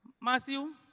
Matthew